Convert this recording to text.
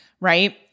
right